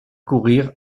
courir